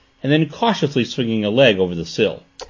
and then cautiously swinging a leg over the sill.